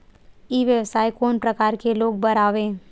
ई व्यवसाय कोन प्रकार के लोग बर आवे?